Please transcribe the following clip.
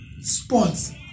sports